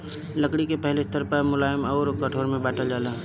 लकड़ी के पहिले स्तर पअ मुलायम अउर कठोर में बांटल जाला